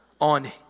on